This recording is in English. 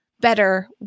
better